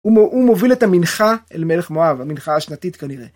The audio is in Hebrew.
הוא מוביל את המנחה אל מלך מואב, המנחה השנתית כנראה.